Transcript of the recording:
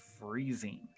freezing